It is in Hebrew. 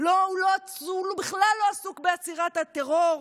לא, הוא בכלל לא עסוק בעצירת הטרור.